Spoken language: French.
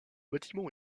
bâtiment